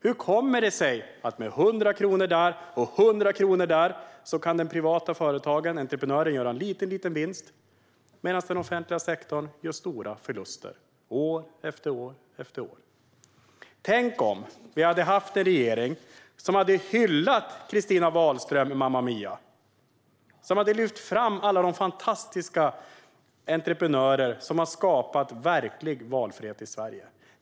Hur kommer det sig att med 100 kronor där och med 100 kronor där kan den privata företagaren, entreprenören, göra en liten vinst, medan den offentliga sektorn gör stora förluster år efter år? Tänk om vi hade haft en regering som hade hyllat Christina Wahlström och Mama Mia och som hade lyft fram alla de fantastiska entreprenörer som har skapat verklig valfrihet i Sverige.